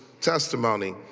testimony